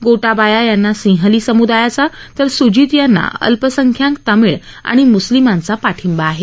गोटाबाया यांना सिंहली समुदायाचा तर स्जित यांना अल्पसंख्याक तमिळ आणि मुस्लीमांचा पाठींबा आहे